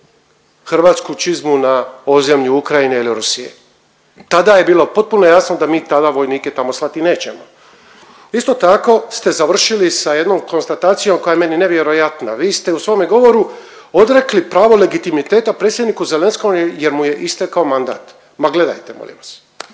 hrvatsku čizmu na ozemlju Ukrajine ili Rusije. Tada je bilo potpuno jasno da mi tada vojnike tamo slati nećemo. Isto tako ste završili sa jednom konstatacijom koja je meni nevjerojatna. Vi ste u svome govoru odrekli pravo legitimiteta predsjedniku Zelenskom jer mu je istekao mandat. Ma gledajte molim vas